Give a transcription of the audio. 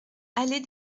allée